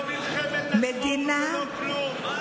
זו לא מלחמת עצמאות ולא כלום.